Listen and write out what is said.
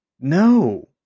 No